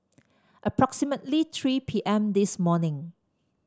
approximately three P M this morning